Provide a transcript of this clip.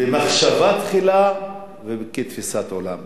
במחשבה תחילה וכתפיסת עולם.